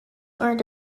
earned